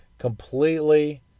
completely